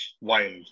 wild